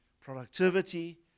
productivity